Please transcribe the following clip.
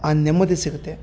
ಆ ನೆಮ್ಮದಿ ಸಿಗತ್ತೆ